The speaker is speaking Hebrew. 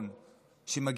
שמגיע מהקהילה.